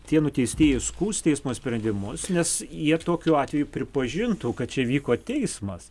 tie nuteistieji skųs teismo sprendimus nes jie tokiu atveju pripažintų kad čia vyko teismas